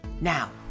Now